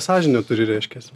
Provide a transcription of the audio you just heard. sąžinę turi reiškiasi